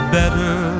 better